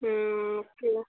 okay